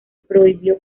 prohibió